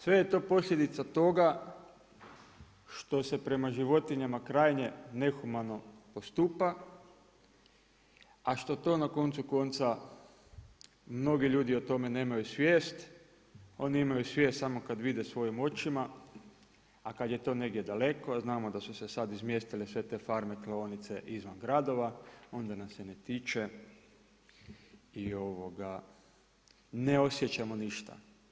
Sve je to posljedica toga što se prema životinjama krajnje nehumano postupa a što to na koncu konca mnogi ljudi o tome nemaju svijest, oni imaju svijest samo kada vide svojim očima a kada je to negdje daleko a znamo da su se sada izmjestile sve te farme, klaonice izvan gradova onda nas se ne tiče i ne osjećamo ništa.